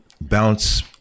bounce